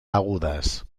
agudas